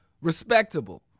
respectable